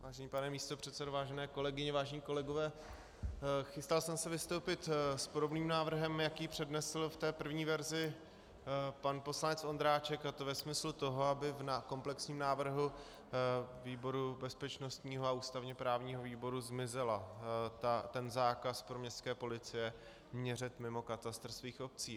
Vážený pane místopředsedo, vážené kolegyně, vážení kolegové, chystal jsem se vystoupit s podobným návrhem, jaký přednesl v první verzi pan poslanec Ondráček, a to ve smyslu toho, aby v komplexním návrhu bezpečnostního a ústavněprávního výboru zmizel zákaz pro městské policisty měřit mimo katastr svých obcí.